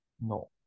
no